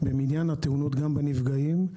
במניין התאונות, גם בנפגעים.